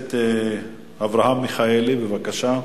הכנסת אברהם מיכאלי, בבקשה.